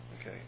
Okay